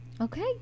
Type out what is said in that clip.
okay